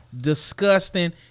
disgusting